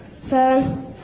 Seven